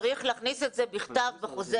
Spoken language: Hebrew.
צריך להכניס את זה בכתב בחוזה,